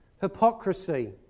Hypocrisy